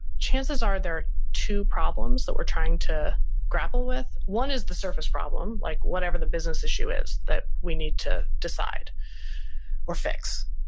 chances are there two problems that we're trying to grapple with. one is the surface problem, like whatever the business issue is that we need to decide or fix.